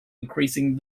increasing